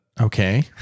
Okay